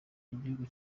igihugu